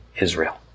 Israel